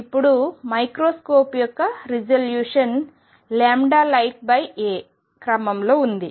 ఇప్పుడు మైక్రోస్కోప్ యొక్క resolution lighta క్రమంలో ఉంది